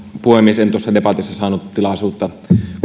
puhemies kun en tuossa debatissa saanut tilaisuutta